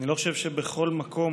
אני לא חושב שבכל מקום